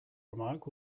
remark